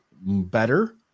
better